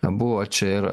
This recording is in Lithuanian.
buvo čia ir